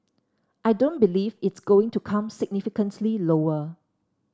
I don't believe it's going to come significantly lower